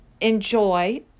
enjoy